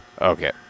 Okay